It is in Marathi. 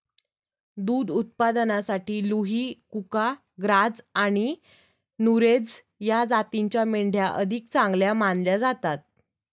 दुध उत्पादनासाठी लुही, कुका, ग्राझ आणि नुरेझ या जातींच्या मेंढ्या अधिक चांगल्या मानल्या जातात